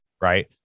right